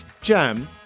Jam